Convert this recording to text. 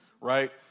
right